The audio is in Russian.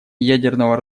ядерного